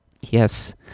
Yes